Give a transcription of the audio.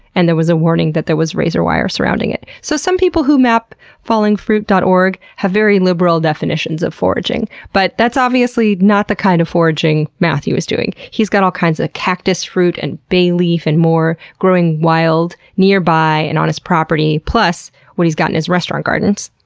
and there was a warning that there was razor wire surrounding it. so some people who map fallingfruit dot org have very liberal definitions of foraging, but that's obviously not the kind of foraging matthew is doing. he's got all kinds cactus fruit and bay leaf and more growing wild nearby and on his property, plus what he's got in his restaurant gardens.